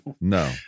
No